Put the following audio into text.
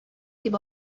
дип